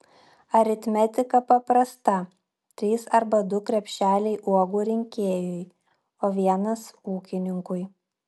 aritmetika paprasta trys arba du krepšeliai uogų rinkėjui o vienas ūkininkui